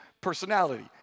personality